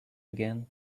again